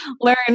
learn